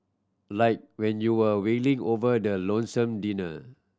like when you're wailing over the lonesome dinner